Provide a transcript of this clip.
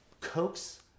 coax